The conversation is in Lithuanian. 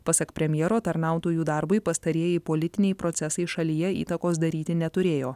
pasak premjero tarnautojų darbui pastarieji politiniai procesai šalyje įtakos daryti neturėjo